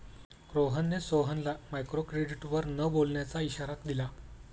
रोहनने सोहनला मायक्रोक्रेडिटवर न बोलण्याचा इशारा दिला